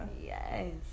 Yes